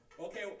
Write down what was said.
Okay